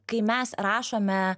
kai mes rašome